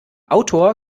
autor